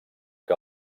que